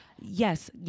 Yes